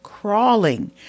Crawling